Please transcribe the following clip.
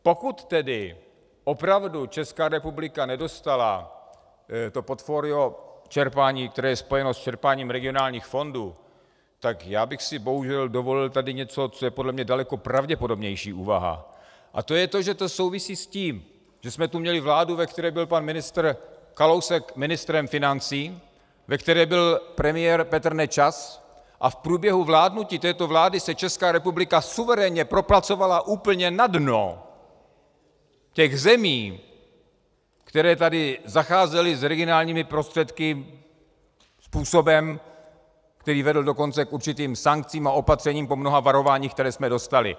Pokud tedy opravdu Česká republika nedostala to portfolio čerpání, které je spojeno s čerpáním regionálních fondů, tak já bych si bohužel dovolil tady něco, co je podle mě daleko pravděpodobnější úvaha, a to je to, že to souvisí s tím, že jsme tu měli vládu, ve které byl pan ministr Kalousek ministrem financí, ve které byl premiér Petr Nečas, a v průběhu vládnutí této vlády se Česká republika suverénně propracovala úplně na dno těch zemí, které tady zacházely s regionálními prostředky způsobem, který vedl dokonce k určitým sankcím a opatřením po mnoha varováních, která jsme dostali.